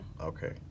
Okay